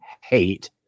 hate